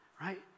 right